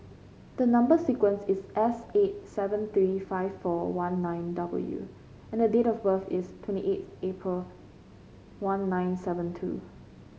the number sequence is S eight seven three five four one nine W and the date of birth is twenty eighth April one nine seven two